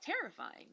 terrifying